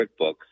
QuickBooks